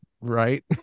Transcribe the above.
right